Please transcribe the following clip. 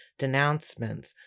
denouncements